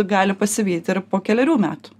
gali pasivyt ir po kelerių metų